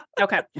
okay